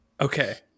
Okay